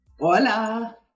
Hola